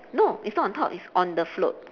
no it's not on top it's on the float